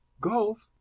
golf!